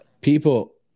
people